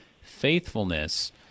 faithfulness